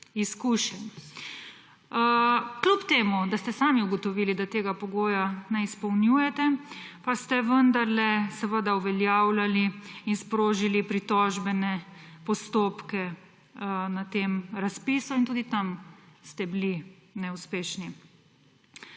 izkušenj. Kljub temu da ste sami ugotovili, da tega pogoja ne izpolnjujete, pa ste vendarle seveda uveljavljali in sprožili pritožbene postopke na tem razpisu in tudi tam ste bili neuspešni.